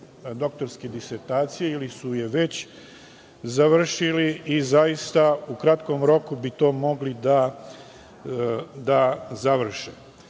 doktorske disertacije ili su je već završili i zaista u kratkom roku bi to mogli da